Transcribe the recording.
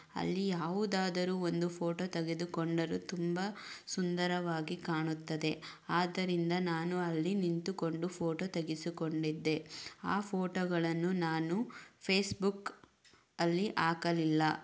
ಅಲ್ಲಿ ಯಾವುದಾದರೂ ಒಂದು ಫೋಟೋ ತಗೆದುಕೊಂಡರು ತುಂಬಾ ಸುಂದರವಾಗಿ ಕಾಣುತ್ತದೆ ಆದ್ದರಿಂದ ನಾನು ಅಲ್ಲಿ ನಿಂತುಕೊಂಡು ಫೋಟೊ ತೆಗೆಸಿಕೊಂಡಿದ್ದೆ ಆ ಫೋಟೋಗಳನ್ನು ನಾನು ಫೇಸ್ಬುಕ್ ಅಲ್ಲಿ ಹಾಕಲಿಲ್ಲ